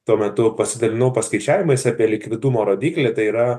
tuo metu pasidalinau paskaičiavimais apie likvidumo rodiklį tai yra